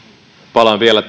palaan vielä